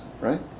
right